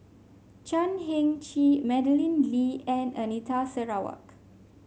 Chan Heng Chee Madeleine Lee and Anita Sarawak